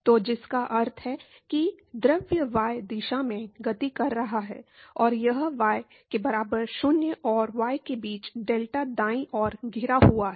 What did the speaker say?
तो जिसका अर्थ है कि द्रव y दिशा में गति कर रहा है और यह y के बराबर 0 और y के बीच डेल्टा दायीं ओर घिरा हुआ है